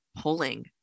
pulling